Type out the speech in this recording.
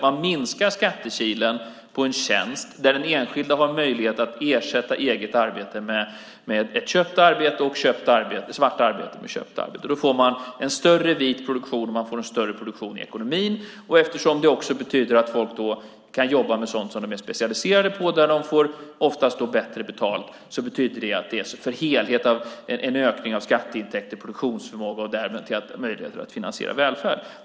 Man minskar skattekilen på en tjänst där den enskilde har möjlighet att ersätta eget arbete med köpt arbete och svart arbete med vitt arbete. Då får man en större vit produktion och en större produktion i ekonomin. Eftersom det också betyder att folk kan jobba med sådant de är specialiserade på och där de oftast får bättre betalt innebär det som helhet en ökning av skatteintäkter och produktionsförmåga och därmed våra möjligheter att finansiera välfärd.